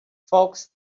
folks